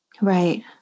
Right